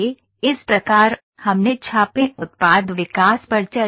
इस प्रकार हमने छापे उत्पाद विकास पर चर्चा की है